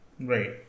Right